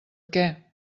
què